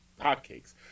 hotcakes